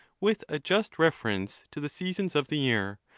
with a just reference to the seasons of the year,